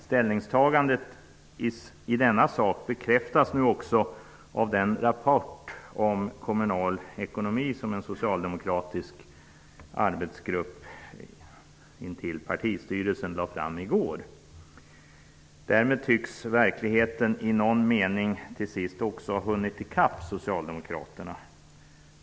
Ställningstagandet i denna fråga bekräftas nu också av den rapport om kommunal ekonomi som en socialdemokratisk arbetsgrupp intill partistyrelsen lade fram i går. Därmed tycks verkligheten i någon mening till sist hunnit i kapp socialdemokraterna.